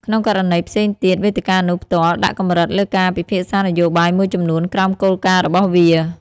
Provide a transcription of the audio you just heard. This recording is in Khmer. ក្នុងករណីផ្សេងទៀត វេទិកានោះផ្ទាល់ដាក់កម្រិតលើការពិភាក្សានយោបាយមួយចំនួនក្រោមគោលការណ៍របស់វា។